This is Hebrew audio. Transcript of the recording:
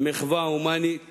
מחווה הומנית חשובה.